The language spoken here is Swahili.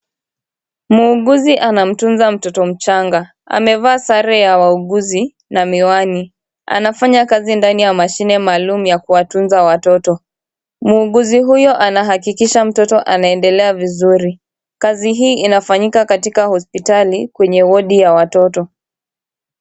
Muuguzi anamtunza mtoto mchanga. Amevaa sare ya wauguzi na miwani. Anafanya kazi ndani ya mashine maalum ya kuwatunza watoto. Muuguzi huyo ana hakikisha mtoto anaendelea vizuri. Kazi hii inafanyika katika hospitali kwenye wodi ya watoto.